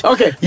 Okay